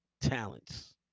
talents